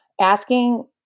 Asking